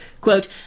Quote